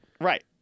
Right